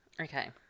Okay